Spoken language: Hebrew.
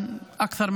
ובראש ובראשונה,